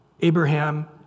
Abraham